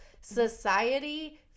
society